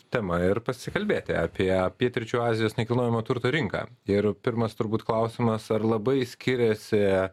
tema ir pasikalbėti apie pietryčių azijos nekilnojamojo turto rinką ir pirmas turbūt klausimas ar labai skiriasi